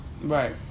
Right